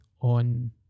on